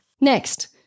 Next